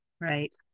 Right